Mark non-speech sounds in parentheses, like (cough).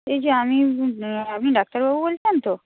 এই যে আমি (unintelligible) আপনি ডাক্তারবাবু বলছেন তো